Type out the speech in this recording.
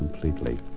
completely